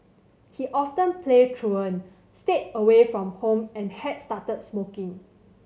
he often played truant stayed away from home and had started smoking